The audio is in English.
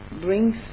brings